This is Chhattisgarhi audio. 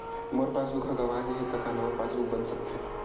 मोर पासबुक ह गंवा गे हे त का नवा पास बुक बन सकथे?